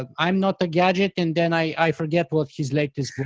um i am not a gadget and then i forget what his latest.